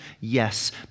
Yes